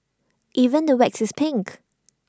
even the wax is pink